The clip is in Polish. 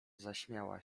zaśmiała